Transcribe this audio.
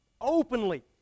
openly